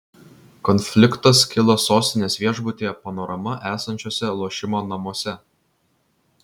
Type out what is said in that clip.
konfliktas kilo sostinės viešbutyje panorama esančiuose lošimo namuose